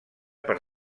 per